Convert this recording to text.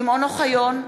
שמעון אוחיון,